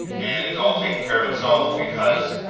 and it's all taking care of itself, because.